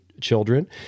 children